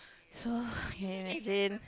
so ya as in